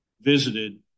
visited